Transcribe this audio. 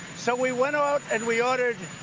so we went out and we ordered